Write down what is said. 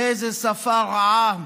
איזו שפה רעה.